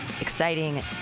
exciting